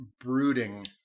brooding